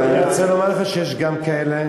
אבל אני רוצה לומר לך שיש גם כאלה